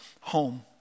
home